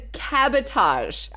cabotage